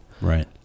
Right